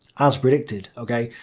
as predicted, ok.